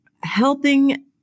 helping